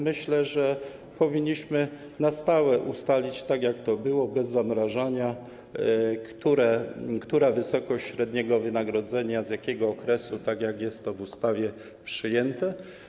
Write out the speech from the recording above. Myślę, że powinniśmy na stałe ustalić, tak jak to było, bez zamrażania, jaka wysokość średniego wynagrodzenia, z jakiego okresu, tak jak jest to w ustawie przyjęte.